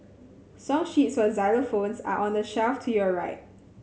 song sheets for xylophones are on the shelf to your right